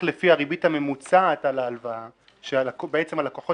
לפי הריבית הממוצעת על ההלוואה כשבעצם הלקוחות